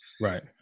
Right